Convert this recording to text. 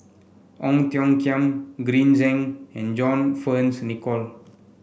Ong Tiong Khiam Green Zeng and John Fearns Nicoll